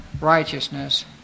righteousness